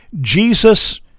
Jesus